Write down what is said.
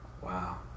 wow